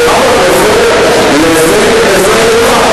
דרך אגב, לזה יש לך,